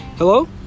Hello